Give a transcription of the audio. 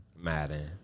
Madden